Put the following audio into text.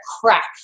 crack